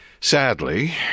sadly